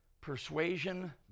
Persuasion